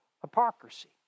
hypocrisy